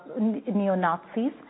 neo-Nazis